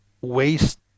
waste